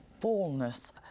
fullness